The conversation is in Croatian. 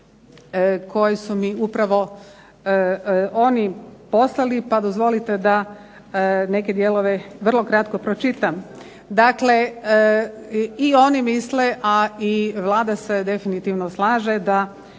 koje su mi upravo oni poslali, pa dozvolite da neke dijelove vrlo kratko pročitam. Dakle, i oni misle, a i Vlada se definitivno slaže da